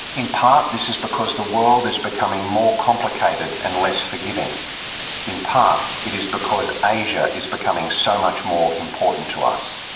in part, this is because the world is becoming more complicated and less forgiving in part, it is because asia is becoming so much more important to us.